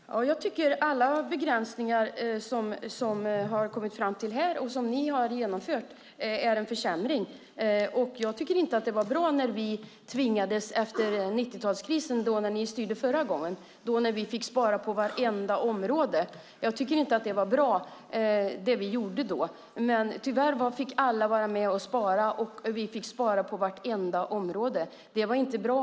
Herr talman! Ja, jag tycker att alla begränsningar som har kommit fram här och som ni har genomfört är en försämring. Jag tycker inte att det var bra när vi tvingades att göra detta efter 90-talskrisen, när ni styrde förra gången, när vi fick spara på vartenda område. Jag tycker inte att det vi gjorde då var bra. Men tyvärr fick alla vara med och spara. Vi fick spara på vartenda område.